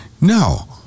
No